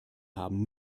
haben